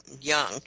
young